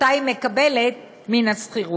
שאותה היא מקבלת מן השכירות.